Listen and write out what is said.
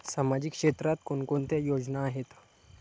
सामाजिक क्षेत्रात कोणकोणत्या योजना आहेत?